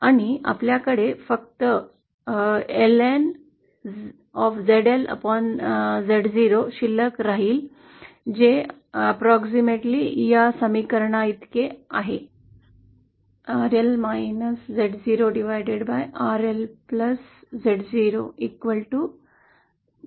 आणि आपल्याकडे फक्त ln ZLZ0 शिल्लक राहील जे अंदाजे या समीकरण इतकेच आहे जे गॅमा एल इतकेच आहे